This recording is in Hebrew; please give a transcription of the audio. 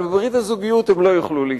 אבל בברית הזוגיות הם לא יוכלו להשתתף.